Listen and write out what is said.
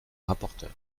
rapporteur